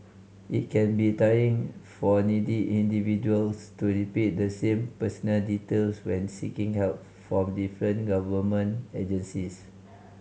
it can be tiring for needy individuals to repeat the same personal details when seeking help from different government agencies